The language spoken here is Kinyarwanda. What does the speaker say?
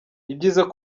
ibyiza